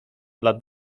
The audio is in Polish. lat